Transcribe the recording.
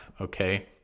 okay